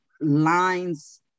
lines